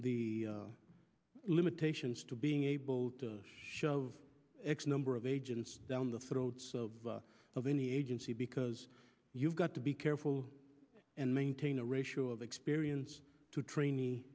e limitations to being able to shove x number of agents down the throats of any agency because you've got to be careful and maintain a ratio of experience to trainee